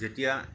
যেতিয়া